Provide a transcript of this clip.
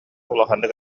улаханнык